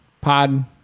Pod